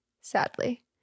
sadly